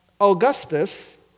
Augustus